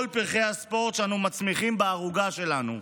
פרחי הספורט שאנחנו מצמיחים בערוגה שלנו.